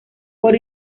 por